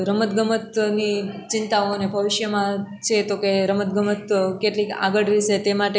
રમતગમતની ચિંતાઓને ભવિષ્યમાં છે તો કે રમતગમત કેટલીક આગળ વિષે તે માટે